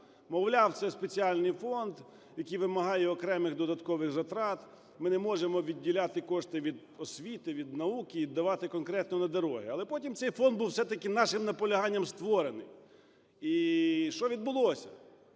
Мовляв, це спеціальний фонд, який вимагає окремих додаткових затрат. Ми не можемо відділяти кошти від освіти, від науки і давати конкретно на дороги. Але потім цей фонд був все-таки за нашим наполяганням створений. І що відбулося?